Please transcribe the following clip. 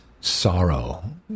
sorrow